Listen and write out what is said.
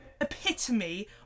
epitome